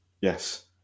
yes